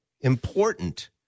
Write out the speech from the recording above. important